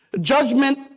Judgment